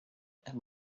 and